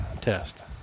test